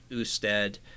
Usted